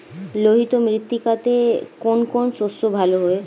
লোহিত মৃত্তিকাতে কোন কোন শস্য ভালো হয়?